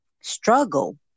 struggle